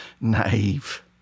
naive